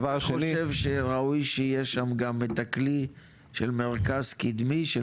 אני חושב שראוי שיהיה שם גם את הכלי של מרכז קדמי?